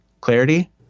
Clarity